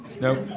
Nope